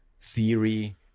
theory